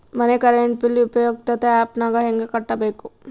ಮನೆ current bill ಉಪಯುಕ್ತತೆ app ನಾಗ ಹೆಂಗ ಕಟ್ಟಬೇಕು?